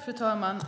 Fru talman!